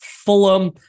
Fulham